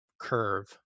curve